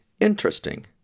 Interesting